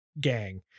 gang